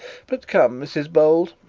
but come, mrs bold,